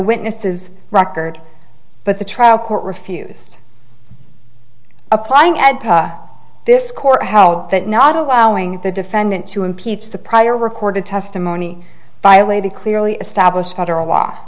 witnesses record but the trial court refused applying at this court how that not allowing the defendant to impeach the prior record of testimony violate the clearly established federal law